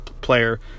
player